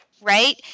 right